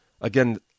Again